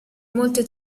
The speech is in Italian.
molte